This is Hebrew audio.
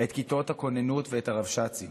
את כיתות הכוננות ואת הרבש"צים.